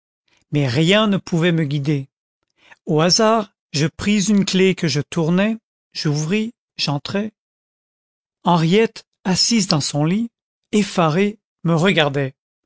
mais rien ne pouvait me guider au hasard je pris une clef que je tournai j'ouvris j'entrai henriette assise dans son lit effarée me regardait